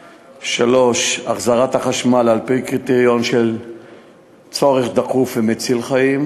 3. החזרת החשמל על-פי קריטריון של צורך דחוף ומציל חיים,